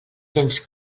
cents